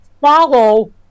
follow